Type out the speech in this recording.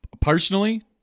Personally